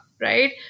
right